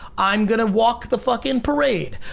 i'm gonna walk the fucking parade.